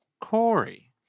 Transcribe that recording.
Corey